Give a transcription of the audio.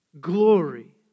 glory